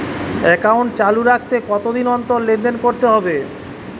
Account চালু রাখতে কতদিন অন্তর লেনদেন করতে হবে?